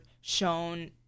shown